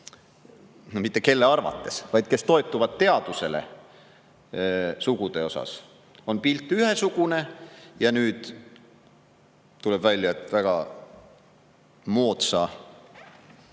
mitte kelle arvates, vaid kes toetuvad teadusele sugude osas, on pilt ühesugune. Ja nüüd tuleb välja, et väga moodsa